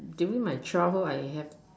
during my child hold I have